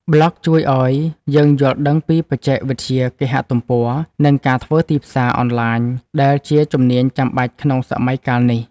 ប្លក់ជួយឱ្យយើងយល់ដឹងពីបច្ចេកវិទ្យាគេហទំព័រ និងការធ្វើទីផ្សារអនឡាញ ដែលជាជំនាញចាំបាច់ក្នុងសម័យកាលនេះ។